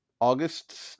August